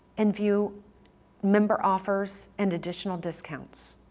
and view member offers and additional discounts.